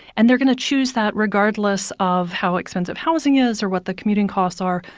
and they're going to choose that regardless of how expensive housing is or what the commuting costs are.